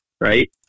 Right